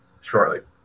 shortly